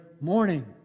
morning